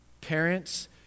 parents